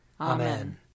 Amen